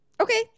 Okay